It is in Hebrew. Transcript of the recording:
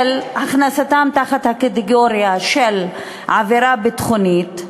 הכנסתם תחת הקטגוריה של עבירה ביטחונית,